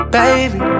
baby